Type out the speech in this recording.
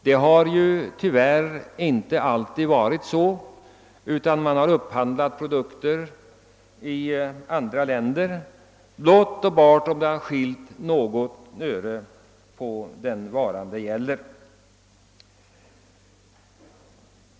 Det har tyvärr inte alltid varit så, utan man har upphandlat produkter i andra länder när priserna har skilt på blott och bart något öre på den vara det gällt.